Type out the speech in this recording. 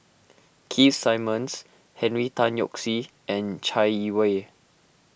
Keith Simmons Henry Tan Yoke See and Chai Yee Wei